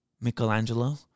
Michelangelo